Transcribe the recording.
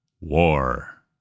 war